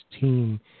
team